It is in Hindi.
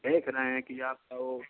देख रहे हैं कि आपका वो